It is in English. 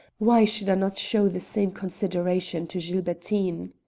why should i not show the same consideration to gilbertine?